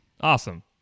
awesome